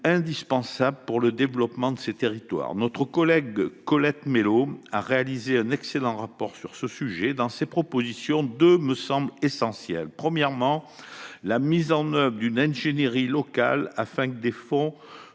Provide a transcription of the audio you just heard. indispensable pour le développement de ces territoires. Notre collègue Colette Mélot a réalisé un excellent rapport d'information sur le sujet. Deux de ses propositions me semblent essentielles. Premièrement, la mise en oeuvre d'une ingénierie locale, afin que les fonds